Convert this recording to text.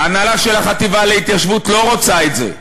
ההנהלה של החטיבה להתיישבות לא רוצה את זה,